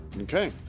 Okay